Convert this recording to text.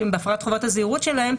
בהפרת חובת הזהירות שלהם,